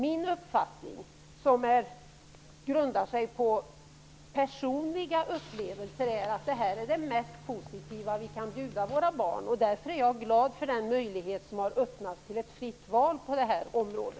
Min uppfattning, som grundar sig på personliga upplevelser, är att detta är det mest positiva vi kan erbjuda våra barn. Därför är jag glad över den möjlighet som har öppnats för ett fritt val på detta område.